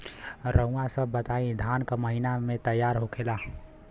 रउआ सभ बताई धान क महीना में तैयार होखेला?